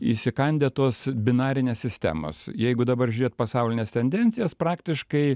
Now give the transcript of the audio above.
įsikandę tos binarinės sistemos jeigu dabar žiūrėt pasaulines tendencijas praktiškai